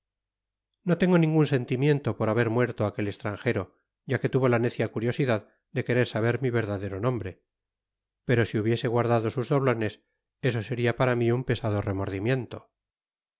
no tengo ningun sentimiento por haber muerto á aquel estranjero ya que tuvo la necia curiosidad de querer saber mi verdadero nombre pero si hubiese guardado sus doblones eso seria para mi un pesado remordimiento